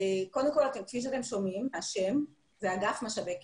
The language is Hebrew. קודם כל כפי שאתם שומעים, השם זה אגף משאבי קהילה.